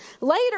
Later